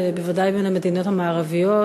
ובוודאי בין המדינות המערביות,